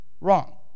Wrong